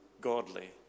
godly